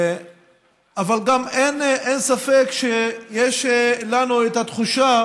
אבל גם אין ספק שיש לנו את התחושה